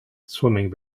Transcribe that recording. swimming